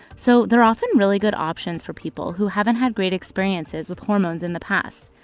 so they're often really good options for people who haven't had great experiences with hormones in the past.